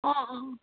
অঁ অঁ